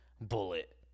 Bullet